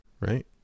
right